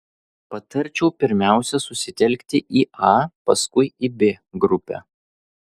patarčiau pirmiausia susitelkti į a paskui į b grupę